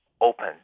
open